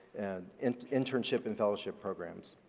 and internship and fellowship programs.